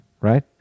right